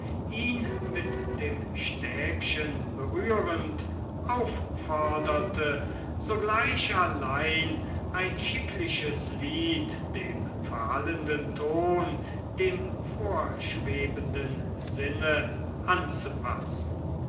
ihn mit dem stäbchen berührend aufforderte sogleich allein ein schickliches lied dem verhallenden ton dem vorschwebenden sinne anzupassen